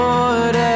Lord